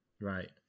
Right